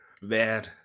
Man